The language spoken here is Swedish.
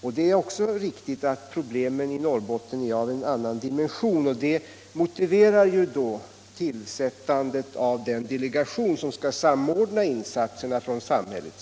Och det är också riktigt att problemen i Norrbotten är av en annan dimension, vilket ju också motiverar tillsättandet av den delegation som skall samordna samhällets insatser.